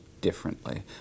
differently